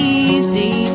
easy